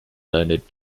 learned